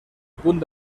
punt